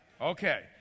Okay